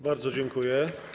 Bardzo dziękuję.